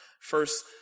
first